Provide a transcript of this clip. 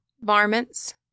Varmints